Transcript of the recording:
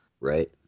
Right